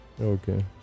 Okay